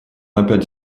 опять